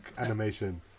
animation